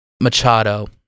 Machado